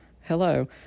hello